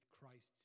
Christ's